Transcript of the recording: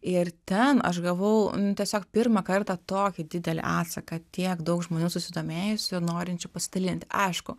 ir ten aš gavau tiesiog pirmą kartą tokį didelį atsaką tiek daug žmonių susidomėjusių norinčių pasidalinti aišku